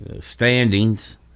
Standings